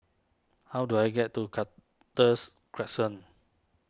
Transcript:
how do I get to Cactus Crescent